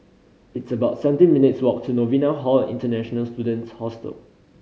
it's about seventeen minutes' walk to Novena Hall International Students Hostel